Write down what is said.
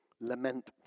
Lament